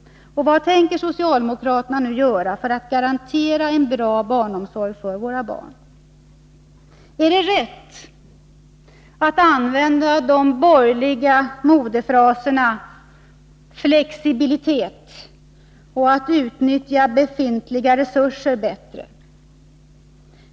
Vad tänker socialdemokraterna nu göra för att garantera en bra barnomsorg för våra barn? Är det rätt att använda de borgerliga modefraserna ”flexibilitet” och ”utnyttja befintliga resurser bättre”?